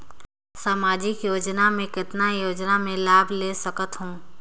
समाजिक योजना मे कतना योजना मे लाभ ले सकत हूं?